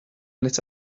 lit